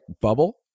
bubble